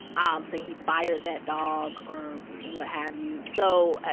um so he fired that dog, or what have you. so. ah